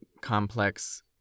complex